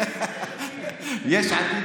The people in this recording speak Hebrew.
יש עתיד.